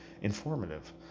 informative